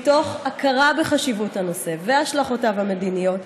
מתוך הכרה בחשיבות הנושא והשלכותיו המדיניות,